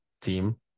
team